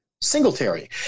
Singletary